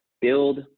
Build